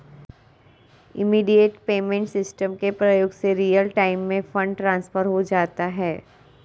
immediate payment system के प्रयोग से रियल टाइम में फंड ट्रांसफर हो जाता है